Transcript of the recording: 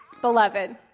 beloved